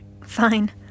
Fine